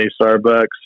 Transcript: starbucks